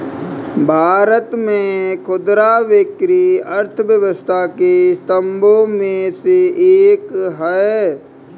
भारत में खुदरा बिक्री अर्थव्यवस्था के स्तंभों में से एक है